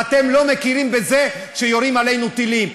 ואתם לא מכירים בזה שיורים עלינו טילים?